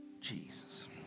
Jesus